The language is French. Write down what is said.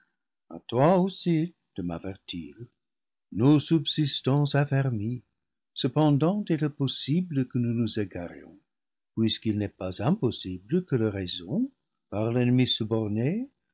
toi aussi de m'avertir nous subsistons affermis cependant il est possible que nous nous égarions puisqu'il n'est pas impssible que la raison par